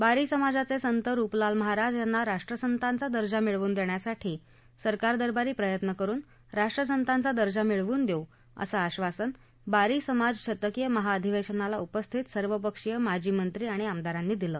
बारी समाजाचे सत रूपलाल महाराज यांना राष्ट्रसंतांचा दर्जा मिळवून देण्यासाठी सरकार दरबारी प्रयत्न करून राष्ट्रसंतांचा दर्जा मिळवून देऊ असं आधासन बारी समाज शतकीय महाअधिवशनाला उपस्थित सर्वपक्षीय माजी मंत्री आमदारांनी दिलं